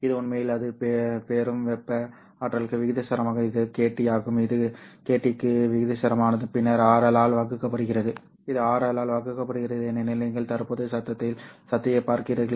இது உண்மையில் அது பெறும் வெப்ப ஆற்றலுக்கு விகிதாசாரமாகும் இது kT ஆகும் இது kT க்கு விகிதாசாரமானது பின்னர் RL ஆல் வகுக்கப்படுகிறது இது RL ஆல் வகுக்கப்படுகிறது ஏனெனில் நீங்கள் தற்போதைய சத்தத்தில் சத்தத்தைப் பார்க்கிறீர்கள்